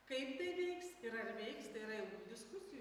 kaip tai veiks ir ar veiks tai yra jau diskusijų